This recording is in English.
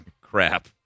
Crap